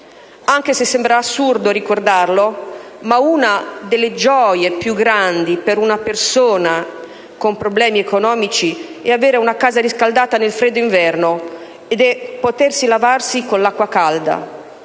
Anche se sembra assurdo ricordarlo, una delle gioie più grandi per una persona con problemi economici è avere una casa riscaldata nel freddo inverno e potersi lavare con l'acqua calda.